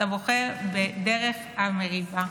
אתה בוחר בדרך המריבה,